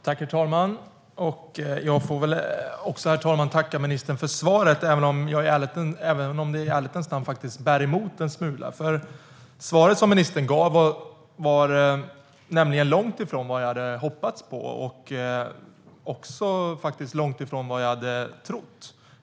Herr talman! Jag får väl tacka ministern för svaret, även om det i ärlighetens namn bär emot en smula. Det svar som ministern gav var nämligen långt ifrån vad jag hade hoppats på, faktiskt också långt ifrån vad jag hade trott.